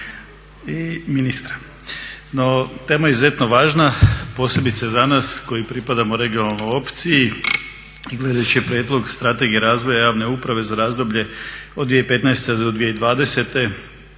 i ministra. No, tema je izuzetno važna, posebice za nas koji pripadamo regionalnoj opciji i gledajući Prijedlog Strategije razvoja javne uprave za razdoblje od 2015. do 2020.